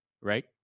Right